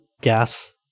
gas